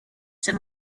sir